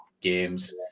games